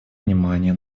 внимания